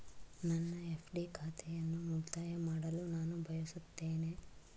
ನನ್ನ ಎಫ್.ಡಿ ಖಾತೆಯನ್ನು ಮುಕ್ತಾಯ ಮಾಡಲು ನಾನು ಬಯಸುತ್ತೇನೆ